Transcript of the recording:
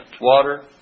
Water